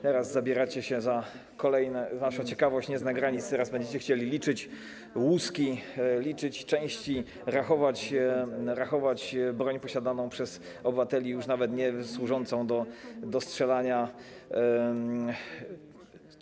Teraz zabieracie się za kolejne, wasza ciekawość nie zna granic, teraz będziecie chcieli liczyć łuski, liczyć części, rachować broń posiadaną przez obywateli, już nawet niesłużącą do strzelania.